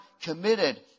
committed